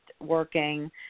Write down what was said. working